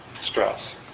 stress